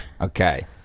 Okay